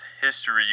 history